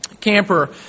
Camper